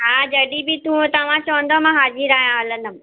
हा जॾहिं बि तूं तव्हां चवंदो मां हाज़िर आहियां हलंदमि